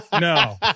No